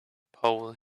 pole